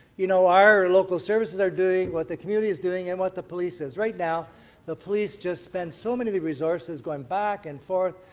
you know, our local services are doing, what the community is doing and what the police is. right now the police just spend so many resources going back and forth,